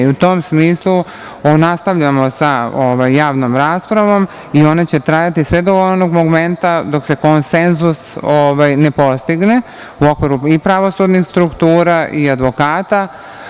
U tom smislu nastavljamo sa javnom raspravom i ona će trajati sve do onog momenta dok se konsenzus ne postigne u okviru i pravosudnih struktura i advokata.